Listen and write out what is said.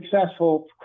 successful